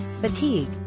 fatigue